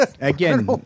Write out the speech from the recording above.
Again